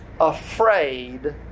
afraid